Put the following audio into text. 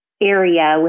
area